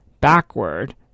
backward